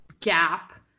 gap